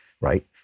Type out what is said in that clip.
right